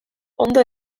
ondo